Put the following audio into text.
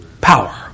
Power